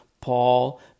Paul